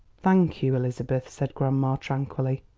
thank you, elizabeth, said grandma tranquilly.